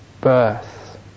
birth